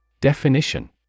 Definition